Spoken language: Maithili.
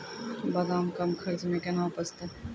बादाम कम खर्च मे कैना उपजते?